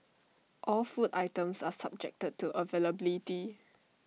all food items are subjected to availability